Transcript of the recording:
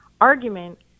argument